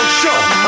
show